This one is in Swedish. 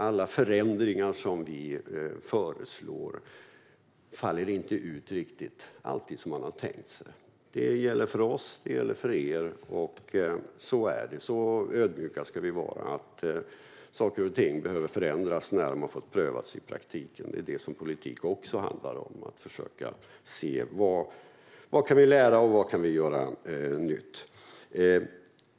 De förändringar som föreslås faller inte alltid riktigt ut som man tänkt sig. Det gäller både för oss och för er. Så ödmjuka ska vi vara. Saker och ting behöver förändras när de har fått prövas i praktiken. Politik handlar också om att försöka se vad vi kan lära och vad vi kan göra nytt.